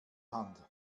hand